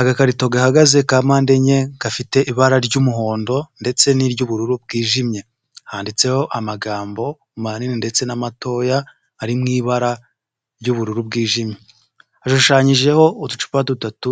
Agakarito gahagaze ka mpande enye gafite ibara ry'umuhondo ndetse n'iry'ubururu bwijimye, handitseho amagambo manini ndetse namatoya ari mu ibara ry'ubururu bwijimye, hashushanyijeho uducupa dutatu